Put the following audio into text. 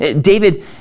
David